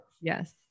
Yes